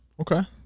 Okay